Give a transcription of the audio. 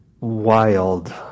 wild